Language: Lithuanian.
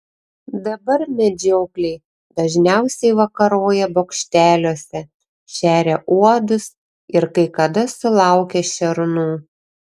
dabar medžiokliai dažniausiai vakaroja bokšteliuose šeria uodus ir kai kada sulaukia šernų